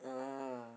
ah